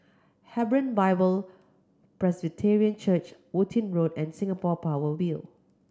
Hebron Bible Presbyterian Church Worthing Road and Singapore Power Build